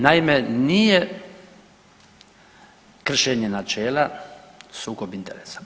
Naime, nije kršenje načela sukob interesa.